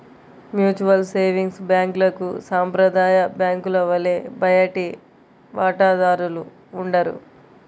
mutual savings బ్యాంక్లకు సాంప్రదాయ బ్యాంకుల వలె బయటి వాటాదారులు ఉండరు